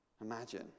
Imagine